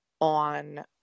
on